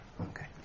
Okay